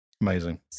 amazing